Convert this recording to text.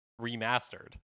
remastered